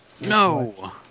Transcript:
No